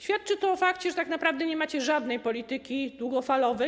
Świadczy to o fakcie, że tak naprawdę nie macie żadnej polityki długofalowej.